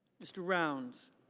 mr. rounds.